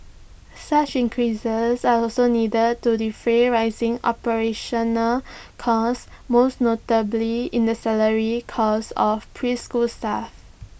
such increases are also needed to defray rising operational costs most notably in the salary costs of preschool staff